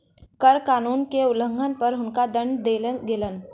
कर कानून के उल्लंघन पर हुनका दंड देल गेलैन